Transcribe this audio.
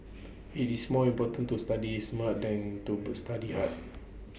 IT is more important to study smart than to study hard